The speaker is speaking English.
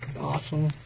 Awesome